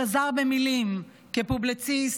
שזר במילים כפובליציסט,